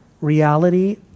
reality